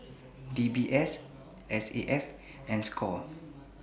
D B S S A F and SCORE